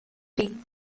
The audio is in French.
rit